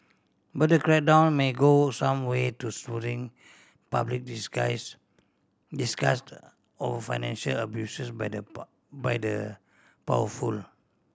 but the crackdown may go some way to soothing public disgust over financial abuses by the by the powerful